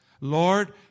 Lord